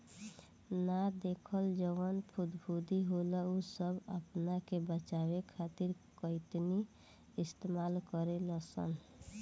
ना देखल जवन फफूंदी होला उ सब आपना के बचावे खातिर काइतीने इस्तेमाल करे लसन